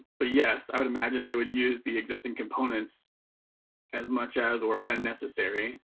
but yes, i would imagine they would use the existing components as much as or when necessary.